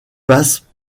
passe